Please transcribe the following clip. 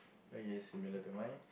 okay similar to mine